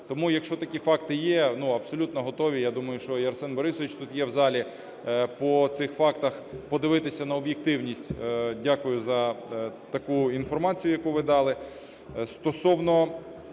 Тому, якщо такі факти є, абсолютно готові. Я думаю, що і Арсен Борисович тут є в залі, по цих фактах подивитися на об'єктивність. Дякую за таку інформацію, яку ви дали.